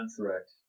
Correct